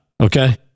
okay